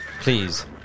Please